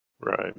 Right